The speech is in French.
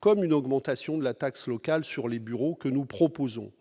comme une augmentation de la taxe locale sur les bureaux, que nous proposons.